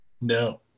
No